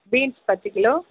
beans பத்து kilo